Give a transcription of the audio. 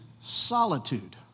solitude